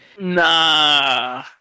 Nah